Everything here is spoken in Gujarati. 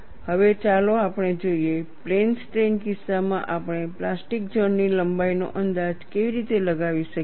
હવે ચાલો આપણે જોઇએ પ્લેન સ્ટ્રેઈન કિસ્સામાં આપણે પ્લાસ્ટિક ઝોન ની લંબાઇનો અંદાજ કેવી રીતે લગાવી શકીએ